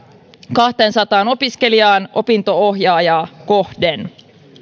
kahteensataan opiskelijaan opinto ohjaajaa kohden